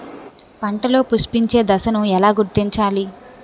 పంటలలో పుష్పించే దశను ఎలా గుర్తించాలి?